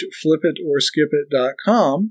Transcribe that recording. flipitorskipit.com